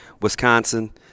Wisconsin